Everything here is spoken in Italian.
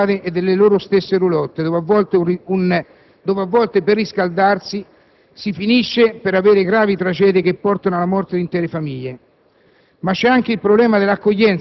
per proteggerli dal freddo delle strade e delle loro stesse *roulotte*, dove a volte per riscaldarsi si finisce per causare gravi tragedie che portano alla morte di intere famiglie.